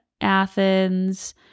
Athens